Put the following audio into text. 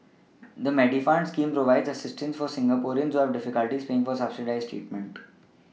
the Medifund scheme provides assistance for Singaporeans who have difficulties paying for subsidized treatment